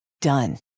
Done